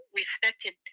respected